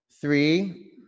three